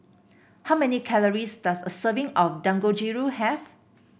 how many calories does a serving of Dangojiru have